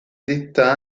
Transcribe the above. detta